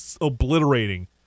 obliterating